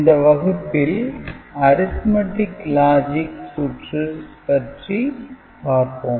இந்த வகுப்பில் "Arithmetic Logic" சுற்று பற்றி பார்ப்போம்